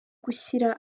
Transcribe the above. gushyira